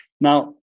Now